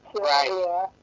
Right